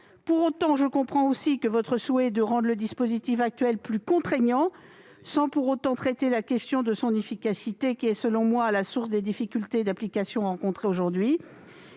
choix éclairé. Je comprends aussi que votre souhait est de rendre le dispositif actuel plus contraignant sans pour autant traiter la question de son efficacité, qui est selon moi à la source des difficultés d'application rencontrées aujourd'hui.